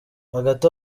hagati